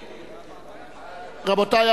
רבותי,